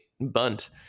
Bunt